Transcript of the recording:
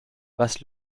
was